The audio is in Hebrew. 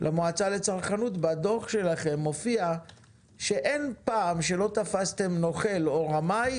למועצה לצרכנות: בדוח שלכם מופיע שאין פעם שתפסתם נוכל או רמאי